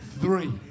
three